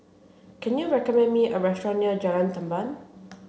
can you recommend me a restaurant near Jalan Tamban